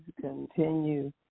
continue